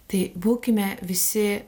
tai būkime visi